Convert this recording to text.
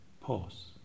Pause